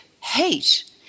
hate